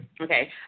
Okay